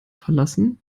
verlassen